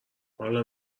حالا